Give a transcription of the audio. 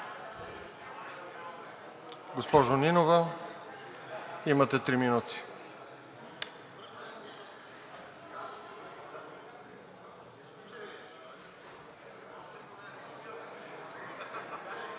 Госпожо Нинова, имате три минути.